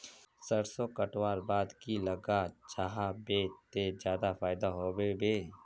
सरसों कटवार बाद की लगा जाहा बे ते ज्यादा फायदा होबे बे?